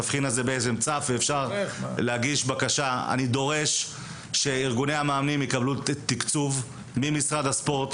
אני דורש שארגוני המאמנים יקבלו תיקצוב ממשרד הספורט.